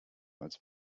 als